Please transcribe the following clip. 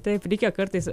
taip reikia kartais